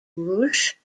rush